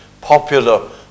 popular